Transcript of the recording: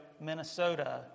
Minnesota